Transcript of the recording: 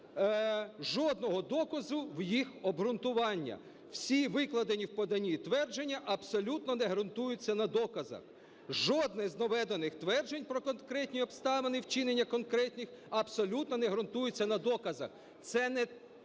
жодного доказу в їх обґрунтуванні, всі викладені в поданні твердження абсолютно не ґрунтуються на доказах, жодне з наведених тверджень про конкретні обставини, вчинення конкретних, абсолютно не ґрунтуються на доказах. Це не